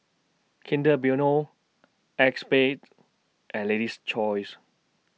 Kinder Bueno ACEXSPADE and Lady's Choice